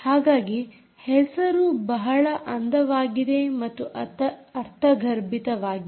ಹಾಗಾಗಿ ಹೆಸರು ಬಹಳ ಅಂದವಾಗಿದೆ ಮತ್ತು ಅರ್ಥಗರ್ಭಿತವಾಗಿದೆ